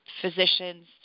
physicians